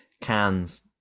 cans